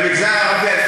אבל במגזר הערבי,